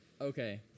Okay